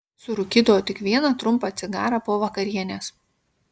surūkydavo tik vieną trumpą cigarą po vakarienės